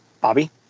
Bobby